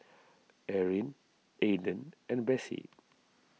Eryn Ayden and Bessie